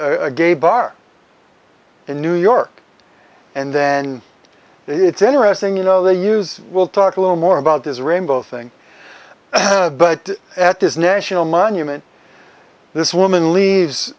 of a gay bar in new york and then it's interesting you know they use will talk a little more about this rainbow thing but at this national monument this